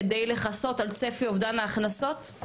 כדי לכסות על צפי אובדן ההכנסות?